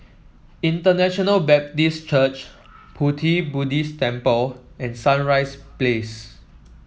International Baptist Church Pu Ti Buddhist Temple and Sunrise Place